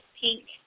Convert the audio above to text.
pink